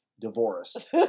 Divorced